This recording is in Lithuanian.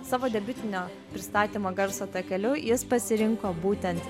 savo debiutinio pristatymo garso takeliu jis pasirinko būtent